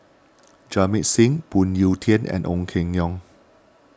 Jamit Singh Phoon Yew Tien and Ong Keng Yong